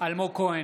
אלמוג כהן,